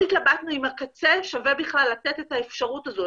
התלבטנו אם הקצה שווה בכלל לתת את האפשרות הזאת.